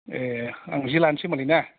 ए आं जे लानोसै होनबालाय ना